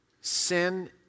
Sin